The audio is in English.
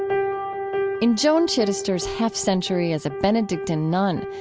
um in joan chittister's half-century as a benedictine nun,